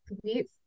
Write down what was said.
sweet